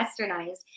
Westernized